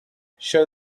show